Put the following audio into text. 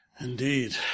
Indeed